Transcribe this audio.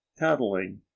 cattling